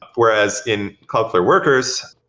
whereas in cloudflare workers,